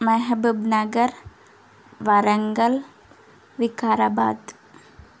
Mahabubnagar Warangal Vikarabad